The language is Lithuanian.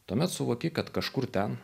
tuomet suvoki kad kažkur ten